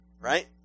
Right